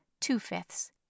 two-fifths